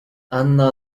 anna